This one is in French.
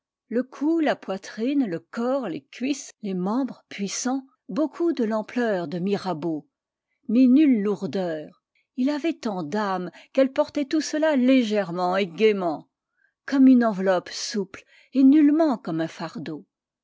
le cou la poitrine le corps les cuisses les membres puissants beaucoup de l'ampleur de mirabeau mais nulle lourdeur il avait tant d'àme qu'elle portait tout cela légèrement et gaiement comme une enveloppe souple et nullement comme un fardeau